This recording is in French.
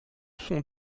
sont